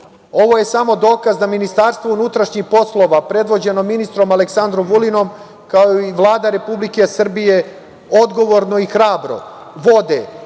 je samo dokaz da Ministarstvo unutrašnjih poslova, predvođeno ministrom Aleksandrom Vulinom, kao i Vlada Republike Srbije, odgovorno i hrabro vode